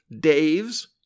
Dave's